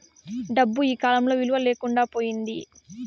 డబ్బు ఈకాలంలో విలువ లేకుండా పోయింది